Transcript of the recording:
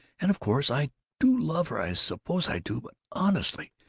and of course i do love her, i suppose i do, but honestly,